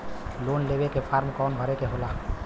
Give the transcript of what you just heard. Loan लेवे के form कौन भरे के होला?